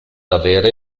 avere